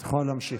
את יכולה להמשיך.